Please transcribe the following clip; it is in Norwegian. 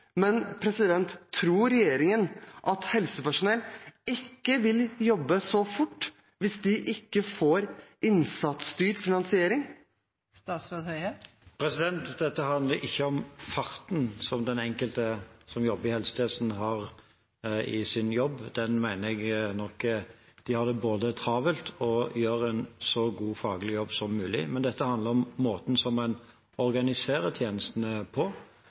Tror regjeringen at helsepersonell ikke vil jobbe så fort hvis de ikke får innsatsstyrt finansiering? Dette handler ikke om farten som den enkelte som jobber i helsetjenesten, har i sin jobb. Den mener jeg er god nok. De har det både travelt og gjør en så god faglig jobb som mulig. Dette handler om måten man organiserer tjenestene på,